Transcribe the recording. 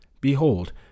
Behold